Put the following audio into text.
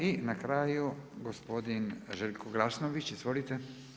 I na kraju gospodin Željko Glasnović, izvolite.